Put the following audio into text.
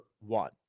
one